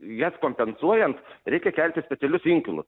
jas kompensuojant reikia kelti specialius inkilus